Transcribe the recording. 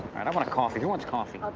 i wanna coffee, who wants coffee? i'll